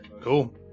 Cool